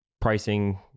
pricing